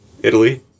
Italy